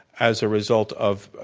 as a result of,